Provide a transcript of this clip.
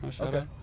okay